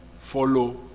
follow